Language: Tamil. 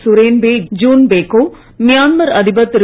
சூரோன்பே ஜீன்பேக்கோ மியான்மர் அதிபர் திரு